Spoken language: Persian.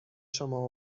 شما